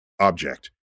object